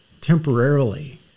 temporarily